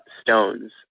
stones